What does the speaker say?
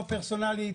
לא פרסונלית,